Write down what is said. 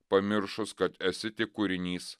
pamiršus kad esi tik kūrinys